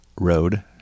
Road